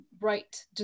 right